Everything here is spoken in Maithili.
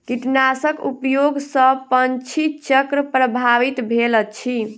कीटनाशक उपयोग सॅ पंछी चक्र प्रभावित भेल अछि